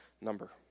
number